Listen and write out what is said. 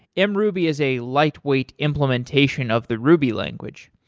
and mruby is a lightweight implementation of the ruby language.